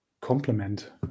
complement